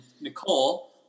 Nicole